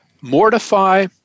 Mortify